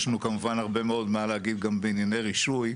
יש לנו כמובן הרבה מאוד מה להגיד גם בענייני רישוי,